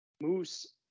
moose